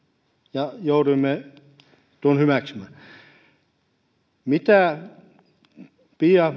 ja jouduimme tuon hyväksymään pia